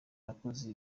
nakoze